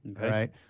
right